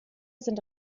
sind